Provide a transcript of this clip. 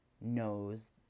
knows